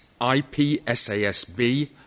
IPSASB